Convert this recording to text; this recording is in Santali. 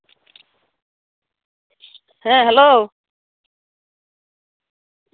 ᱦᱮᱸ ᱦᱮᱞᱳ